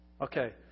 Okay